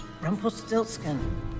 Rumpelstiltskin